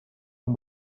اون